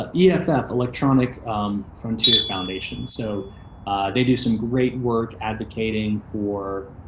ah yeah electronic frontier foundation. so they do some great work advocating for,